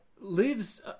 Lives